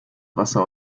wasser